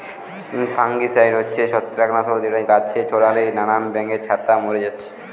fungicide হচ্ছে ছত্রাক নাশক যেটা গাছে ছোড়ালে নানান ব্যাঙের ছাতা মোরে যাচ্ছে